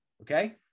Okay